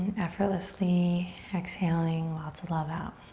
effortlessly exhaling lots of love out.